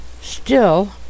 Still